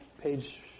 page